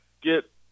get